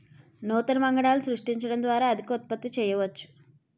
నూతన వంగడాలను సృష్టించడం ద్వారా అధిక ఉత్పత్తి చేయవచ్చు